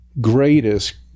greatest